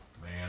Man